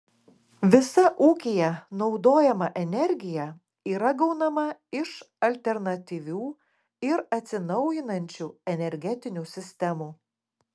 visa ūkyje naudojama energija yra gaunama iš alternatyvių ir atsinaujinančių energetinių sistemų